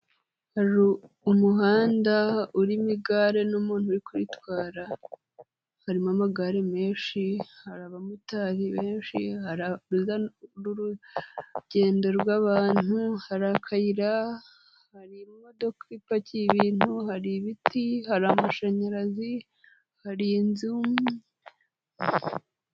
Hari umuhanda urimo igare n'umuntu uri kwiyitwara, harimo amagare menshi, hari abamotari benshi, hari urujya n'uruza urugendo rw'abantu, hari akayira, hari imodoka ipakiye ibintu, hari ibiti, hari amashanyarazi, hari inzu.